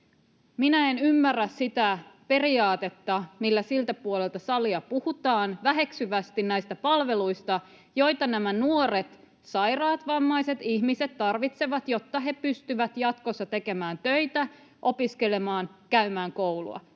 Minä en ymmärrä sitä periaatetta, millä siltä puolelta salia puhutaan väheksyvästi näistä palveluista, joita nämä nuoret, sairaat, vammaiset ihmiset tarvitsevat, jotta he pystyvät jatkossa tekemään töitä, opiskelemaan ja käymään koulua.